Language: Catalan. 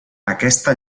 aquesta